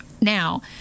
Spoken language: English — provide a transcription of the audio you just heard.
Now